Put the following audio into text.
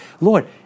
Lord